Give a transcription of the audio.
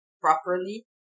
properly